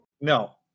no